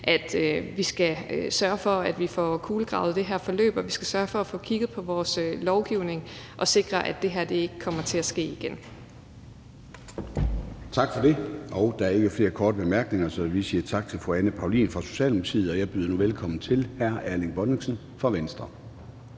at vi skal sørge for at få kulegravet det her forløb, og at vi skal sørge for at få kigget på vores lovgivning og sikre, at det her ikke kommer til at ske igen. Kl. 13:29 Formanden (Søren Gade): Tak for det. Der er ikke flere korte bemærkninger, så vi siger tak til fru Anne Paulin fra Socialdemokratiet. Jeg byder nu velkommen til hr. Erling Bonnesen fra Venstre.